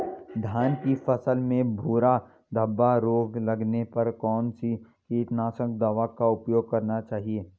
धान की फसल में भूरा धब्बा रोग लगने पर कौन सी कीटनाशक दवा का उपयोग करना चाहिए?